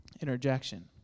interjection